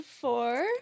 four